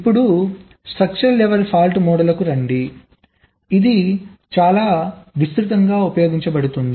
ఇప్పుడు structural level fault మోడల్కు రండి ఇది చాలా విస్తృతంగా ఉపయోగించబడుతుంది